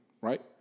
right